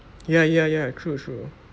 ya ya ya true true